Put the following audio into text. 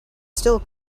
still